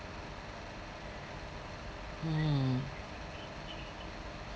mm